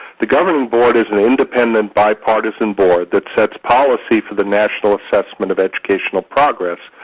the governing board is an independent, bipartisan board that sets policy for the national assessment of educational progress,